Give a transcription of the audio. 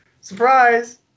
surprise